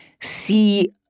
see